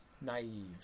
naive